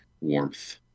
warmth